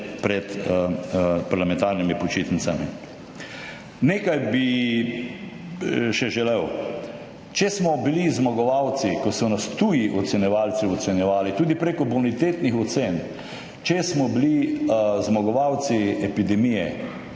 pred parlamentarnimi počitnicami, da aplikacija ne dela. Nekaj bi še želel. Če smo bili zmagovalci, ko so nas tuji ocenjevalci ocenjevali, tudi prek bonitetnih ocen, če smo bili zmagovalci epidemije,